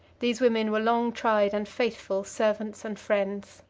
these women were long-tried and faithful servants and friends.